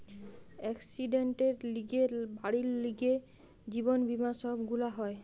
একসিডেন্টের লিগে, বাড়ির লিগে, জীবন বীমা সব গুলা হয়